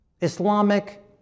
Islamic